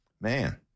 Man